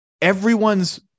Everyone's